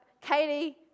Katie